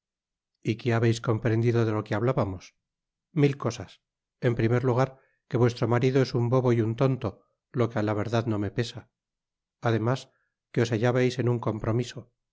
y qué habeis comprendido de lo que hablábamos mil cosas en primer lugar que vuestro marido es un bobo y un tonto lo que á la verdad no me pesa ademas que os hallabais en un compromiso